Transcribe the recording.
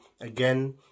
again